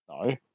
No